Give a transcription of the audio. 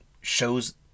shows